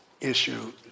issue